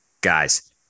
guys